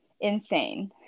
Insane